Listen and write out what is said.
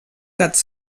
gats